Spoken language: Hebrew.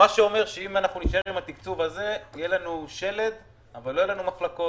זה אומר שאם נישאר עם התקצוב הזה יהיה לנו שלד אבל לא יהיו לנו מחלקות,